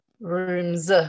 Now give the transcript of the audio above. rooms